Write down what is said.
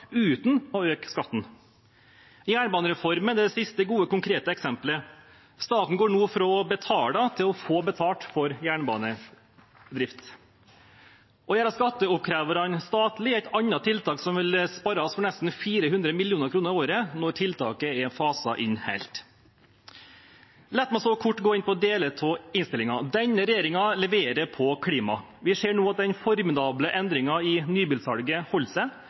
uten å øke skattene. Jernbanereformen er det siste gode, konkrete eksemplet. Staten går nå fra å betale til å få betalt for jernbanedrift. Å gjøre skatteoppkreverne statlige er et annet tiltak, som vil spare oss for nesten 400 mill. kr i året når tiltaket er faset inn helt. La meg så kort gå inn på deler av innstillingen. Denne regjeringen leverer på klima. Vi ser nå at den formidable endringen i nybilsalget holder seg.